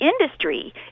industry